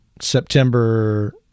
September